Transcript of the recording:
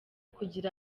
kugira